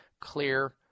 Clear